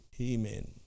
amen